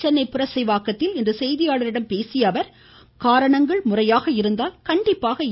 சென்னை புரசைவாக்கத்தில் இன்று செய்தியாளர்களிடம் பேசிய அவர் காரணங்கள் முறையாக இருந்தால் கண்டிப்பாக இ